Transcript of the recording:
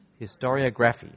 Historiography